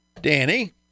Danny